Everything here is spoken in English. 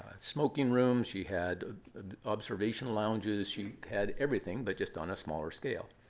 smoking rooms. she had observation lounges. she had everything, but just on a smaller scale.